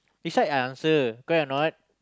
decide I answer correct or not